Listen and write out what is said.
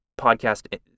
podcast